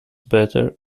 better